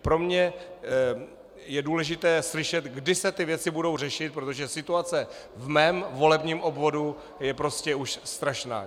Pro mě je důležité slyšet, kdy se ty věci budou řešit, protože situace v mém volebním obvodu je už strašná.